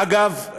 ואגב,